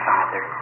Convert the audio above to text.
Father